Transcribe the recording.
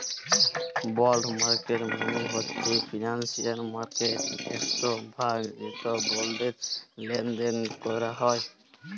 বল্ড market মালে হছে financial মার্কেটটর একট ভাগ যেখালে বল্ডের লেলদেল ক্যরা হ্যয়